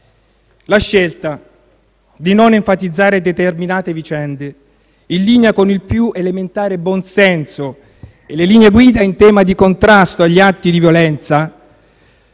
La scelta di non enfatizzare determinate vicende in linea con il più elementare buon senso e le linee guida in tema di contrasto agli atti di violenza